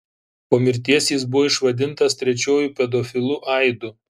po mirties jis buvo išvadintas trečiuoju pedofilu aidu